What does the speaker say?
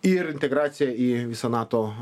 ir integracija į visą nato